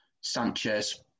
Sanchez